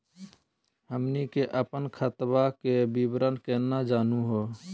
हमनी के अपन खतवा के विवरण केना जानहु हो?